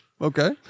Okay